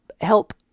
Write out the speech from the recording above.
help